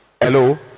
hello